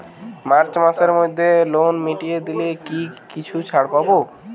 March মাসের মধ্যে loan মিটিয়ে দিলে কি কিছু ছাড় পাব?